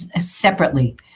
separately